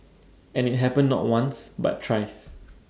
and IT happened not once but thrice